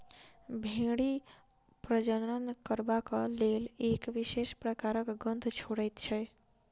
भेंड़ी प्रजनन करबाक लेल एक विशेष प्रकारक गंध छोड़ैत छै